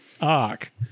arc